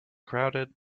crowded